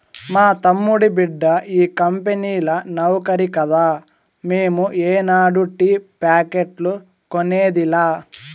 మా తమ్ముడి బిడ్డ ఈ కంపెనీల నౌకరి కదా మేము ఏనాడు టీ ప్యాకెట్లు కొనేదిలా